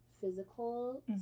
physical